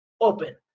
open